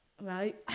right